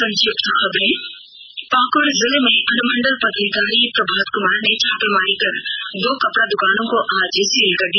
संक्षिप्त खबरें पाकड़ जिले में अनुमंडल पदाधिकारी प्रभात कुमार ने छापेमारी कर दो कपड़ा द्कानों को आज सील कर दिया